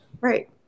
Right